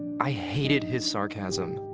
i hated his sarcasm.